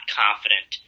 confident